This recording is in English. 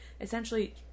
essentially